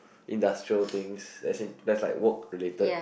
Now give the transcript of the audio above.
industrial thing that's in that's like work related